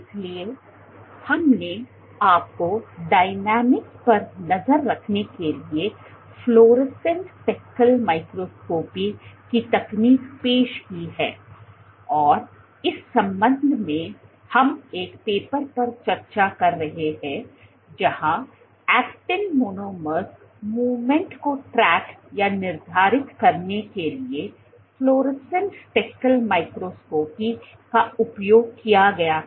इसलिए हमने आपको डायनामिक्स पर नज़र रखने के लिए फ्लोरोसेंट स्पेकल माइक्रोस्कोपी की तकनीक पेश की है और इस संबंध में हम एक पेपर पर चर्चा कर रहे हैं जहाँ एक्टिन मोनोमर्स मूवमेंट को ट्रैक या निर्धारित करने के लिए फ्लोरोसेंट स्पिकले माइक्रोस्कोपी का उपयोग किया गया था